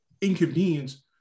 inconvenience